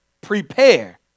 prepare